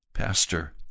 Pastor